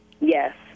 Yes